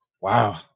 Wow